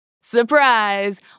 Surprise